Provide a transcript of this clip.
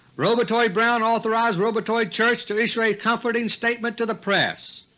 robotoid brown authorized robotoid church to issue a comforting statement to the press.